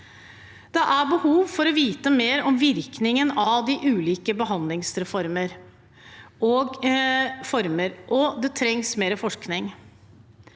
Det er behov for å vite mer om virkningen av de ulike behandlingsformene, og det trengs mer forskning.